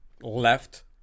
left